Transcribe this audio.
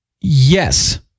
Yes